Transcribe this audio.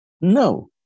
No